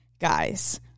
guys